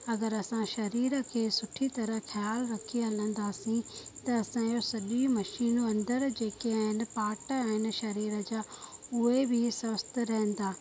अगरि असां शरीर खे सुठी तरह ख़्याल रखी हलंदासीं त असांजो सॼी मशीन अंदरि जेके आहिनि पार्ट आहिनि शरीर जा उहे बि स्वस्थ रहंदा